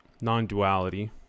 non-duality